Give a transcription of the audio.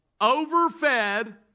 overfed